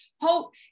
hope